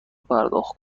پرداخت